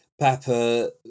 Pepper